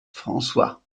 françois